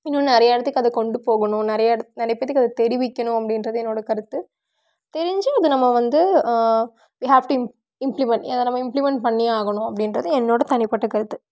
இன்னும் நிறையா இடத்துக்கு அதை கொண்டு போகணும் நிறைய இடத் நிறைய பேர்த்துக்கு அது தெரிவிக்கணும் அப்படின்றது என்னோட கருத்து தெரிஞ்சு அதை நம்ம வந்து you have to imp implement ஏன்னா நம்ம இம்ப்ளிமெண்ட் பண்ணியே ஆகணும் அப்படின்றது என்னோட தனிப்பட்ட கருத்து